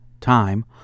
Time